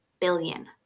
billion